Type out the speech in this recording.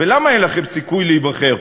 ולמה אין לכם סיכוי להיבחר?